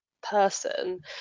person